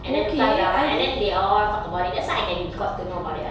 and then the class drama and then they all talk about it that's why I can got to know about it [what]